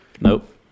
Nope